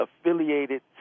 affiliated